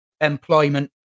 employment